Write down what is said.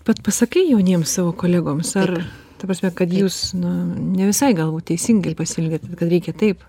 vat pasakai jauniems savo kolegoms ar ta prasme kad jūs na ne visai galbūt teisingai pasielgėt kad reikia taip